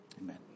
amen